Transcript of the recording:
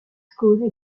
school